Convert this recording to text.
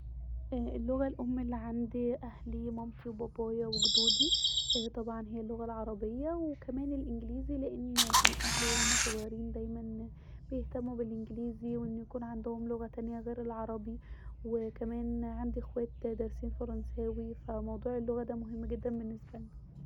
اللغه الام الي عند اهلي ومامتي وبابايا وجدودي طبعا هي اللغة العربية وكمان الانجليزي لأن كان اهلي وهنا صغيرين دايما يهتموا بالانجليزي ويكون عندهم لغه تانيه غير العربي وكمان عندي أخوات دارسين فرنساوي ف موضوع اللغة ده مهم جدا بالنسبالنا